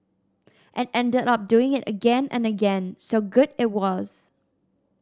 and ended up doing it again and again so good it was